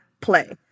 play